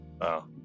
wow